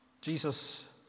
Jesus